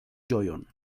ĝojon